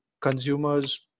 consumers